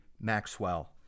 Maxwell